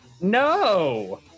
No